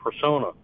persona